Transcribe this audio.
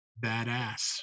badass